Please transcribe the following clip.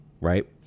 right